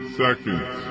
seconds